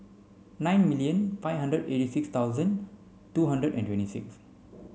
nine million five hundred eighty six thousand two hundred and twenty six